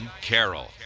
Carol